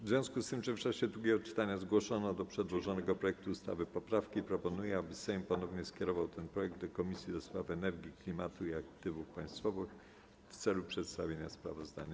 W związku z tym, że w czasie drugiego czytania zgłoszono do przedłożonego projektu ustawy poprawki, proponuję, aby Sejm ponownie skierował ten projekt do Komisji do Spraw Energii, Klimatu i Aktywów Państwowych w celu przedstawienia sprawozdania.